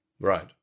right